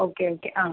okay okay ആ